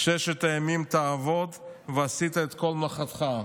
"ששת ימים תעבד ועשית כל מלאכתך".